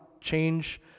change